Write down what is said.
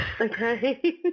okay